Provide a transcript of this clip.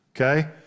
okay